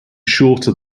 shorter